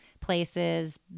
places